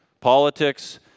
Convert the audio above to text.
politics